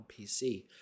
PC